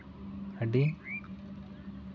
ᱟᱹᱰᱤ